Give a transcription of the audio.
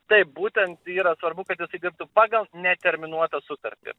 taip būtent yra svarbu kad jisai dirbtų pagal neterminuotą sutartį